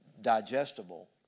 digestible